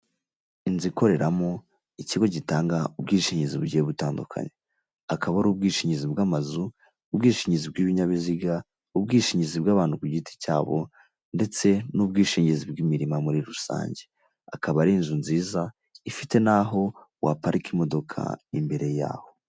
Inzu ikoreramo ikigo gitanga ubwishingizi bugiye butandukanye, akaba ari ubwishingizi bw'amazu, ubwishingizi bw'ibinyabiziga, ubwishingizi bw'abantu ku giti cyabo ndetse n'ubwishingizi bw'imirimo muri rusange, akaba ari inzu nziza ifite naho waparika imodoka imbere yaho.